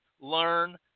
learn